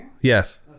Yes